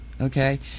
okay